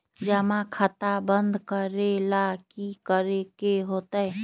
जमा खाता बंद करे ला की करे के होएत?